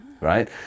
right